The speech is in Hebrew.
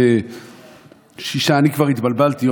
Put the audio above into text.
אני כבר התבלבלתי,